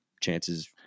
chances